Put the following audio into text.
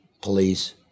police